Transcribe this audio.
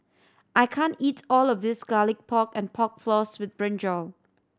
I can't eat all of this Garlic Pork and Pork Floss with brinjal